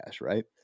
right